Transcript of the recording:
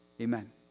Amen